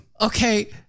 okay